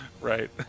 right